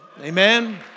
Amen